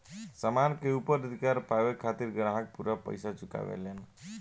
सामान के ऊपर अधिकार पावे खातिर ग्राहक पूरा पइसा चुकावेलन